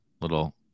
little